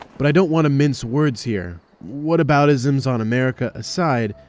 but i don't want to mince words here. whataboutisms on america aside,